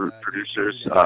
producers